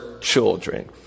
children